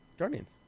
Guardians